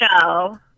show